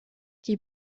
die